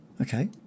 Okay